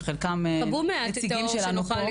שחלקם נציגים שלנו פה,